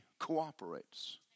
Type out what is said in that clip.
cooperates